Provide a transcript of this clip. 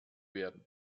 werden